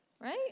Right